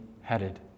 headed